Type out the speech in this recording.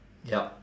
yup